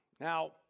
Now